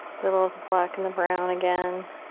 little of the black and the brown again.